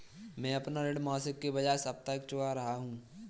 मैं अपना ऋण मासिक के बजाय साप्ताहिक चुका रहा हूँ